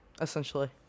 Essentially